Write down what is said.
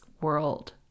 world